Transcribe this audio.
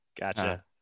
Gotcha